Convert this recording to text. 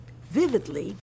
vividly